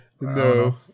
no